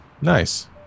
Nice